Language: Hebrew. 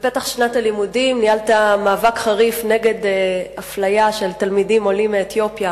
בפתח שנת הלימודים ניהלת מאבק חריף נגד אפליה של תלמידים עולים מאתיופיה